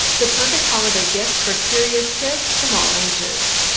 the perfect holiday gift for curious kids of all ages.